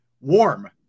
warm